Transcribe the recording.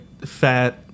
fat